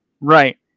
right